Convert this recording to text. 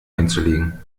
einzulegen